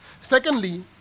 Secondly